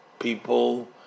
People